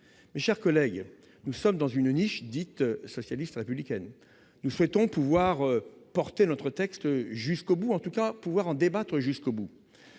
mes chers collègues, nous sommes dans une niche dite socialiste républicaine, nous souhaitons pouvoir porter notre texte jusqu'au bout, en tout cas pouvoir en débattre jusqu'au bout